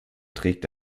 trägt